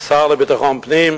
השר לביטחון פנים,